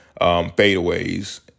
fadeaways